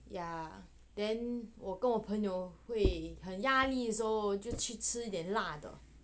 ya then 我跟我朋友会很压力的时候就去吃点辣的